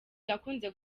yakunze